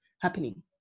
happening